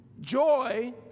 Joy